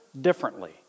differently